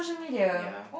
ya